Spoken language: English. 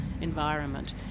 environment